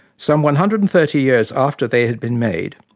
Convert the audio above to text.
some one hundred and thirty years after they had been made,